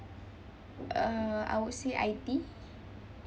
uh I would say iTea